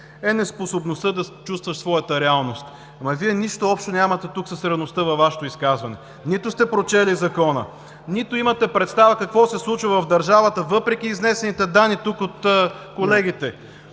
„е неспособността да чувстваш своята реалност“. Нищо общо нямаше с реалността Вашето изказване – нито сте прочели Закона, нито имате представа какво се случва в държавата въпреки изнесените данни тук от колегите!